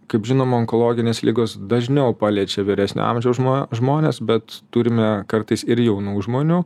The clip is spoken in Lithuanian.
kaip žinom onkologinės ligos dažniau paliečia vyresnio amžiaus žmones bet turime kartais ir jaunų žmonių